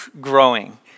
growing